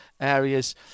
areas